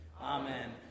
amen